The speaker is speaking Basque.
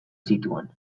zituen